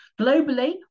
Globally